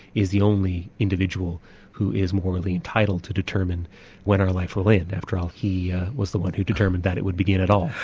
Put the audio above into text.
is the only individual who is morally entitled to determine when our life will end. after all he was the one who determined that it would begin at all.